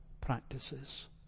practices